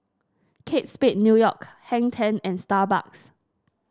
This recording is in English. Kate Spade New York Hang Ten and Starbucks